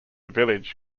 village